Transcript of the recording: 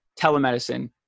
telemedicine